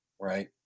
Right